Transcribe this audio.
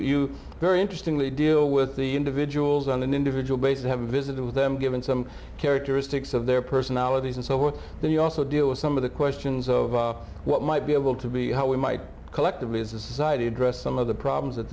you very interesting lee deal with the individuals on an individual basis have a visit with them given some characteristics of their personalities and so forth then you also deal with some of the questions of what might be able to be how we might collectively as a society address some of the problems that